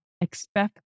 expect